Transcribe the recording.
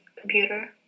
computer